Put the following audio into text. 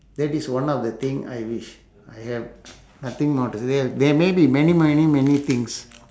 that is one of the thing I wish I have nothing more the~ there may be many many many things